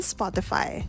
Spotify